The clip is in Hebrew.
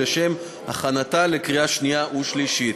לשם הכנתה לקריאה שנייה ושלישית.